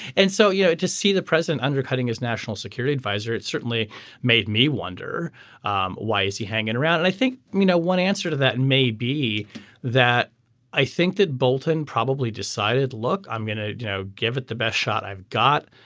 and so you just see the president undercutting his national security adviser it certainly made me wonder um why is he hanging around and i think you know one answer to that may be that i think that bolton probably decided look i'm going to you know give it the best shot i've got.